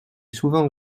souvent